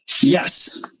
yes